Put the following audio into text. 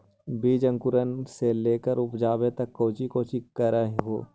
बीज अंकुरण से लेकर उपजाबे तक कौची कौची कर हो?